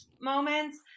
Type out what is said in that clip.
moments